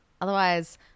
Otherwise